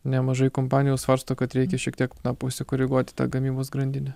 nemažai kompanijų svarsto kad reikia šiek tiek pasikoreguoti tą gamybos grandinę